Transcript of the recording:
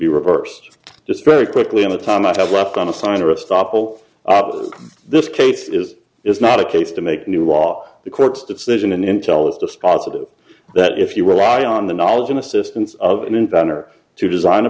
be reversed just very quickly in the time i have left on a sign or a stop will up with this case is is not a case to make new law the court's decision in intel is dispositive that if you rely on the knowledge and assistance of an inventor to design a